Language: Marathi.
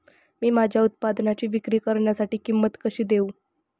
मी माझ्या उत्पादनाची विक्री करण्यासाठी किंमत कशी देऊ?